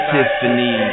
Tiffany